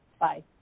Bye